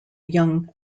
young